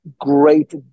great